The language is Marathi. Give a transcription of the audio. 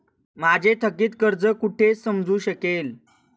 माझे थकीत कर्ज कुठे समजू शकेल?